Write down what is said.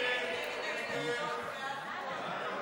ההסתייגות לחלופין לא